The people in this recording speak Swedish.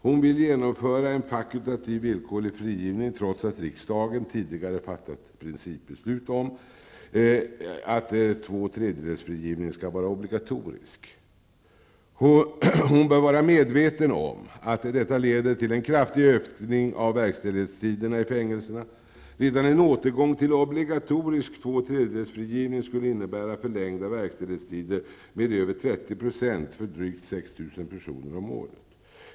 Hon vill genomföra en fakultativ villkorlig frigivning, trots att riksdagen tidigare fattat principbeslut om att två tredjedelsfrigivningen skall vara obligatorisk. Hon bör vara medveten om att detta leder till en kraftig ökning av verkställighetstiderna i fängelserna. Redan en återgång till obligatorisk två tredjedels-frigivning skulle innebära förlängda verkställighetstider med över 30 % för drygt 6 000 personer om året.